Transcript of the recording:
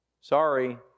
Sorry